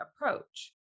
approach